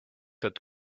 could